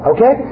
Okay